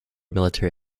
military